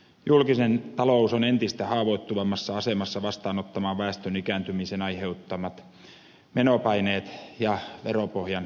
julkinen talous on entistä haavoittuvammassa asemassa vastaanottamaan väestön ikääntymisen aiheuttamat menopaineet ja veropohjan kaventumisen